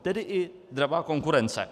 Tedy i dravá konkurence.